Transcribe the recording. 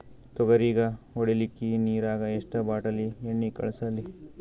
ತೊಗರಿಗ ಹೊಡಿಲಿಕ್ಕಿ ನಿರಾಗ ಎಷ್ಟ ಬಾಟಲಿ ಎಣ್ಣಿ ಕಳಸಲಿ?